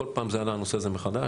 כל פעם עלה הנושא הזה מחדש,